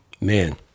Man